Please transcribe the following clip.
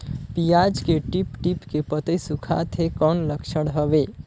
पियाज के टीप टीप के पतई सुखात हे कौन लक्षण हवे?